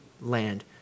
land